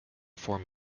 form